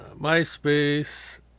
MySpace